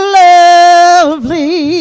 lovely